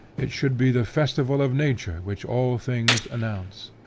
it should be the festival of nature which all things announce.